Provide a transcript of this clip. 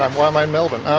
why am i in melbourne?